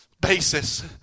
basis